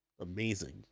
amazing